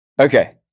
okay